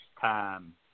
time